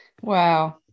Wow